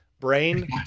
Brain